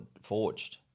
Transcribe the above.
forged